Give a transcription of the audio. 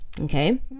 Okay